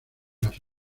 las